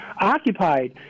occupied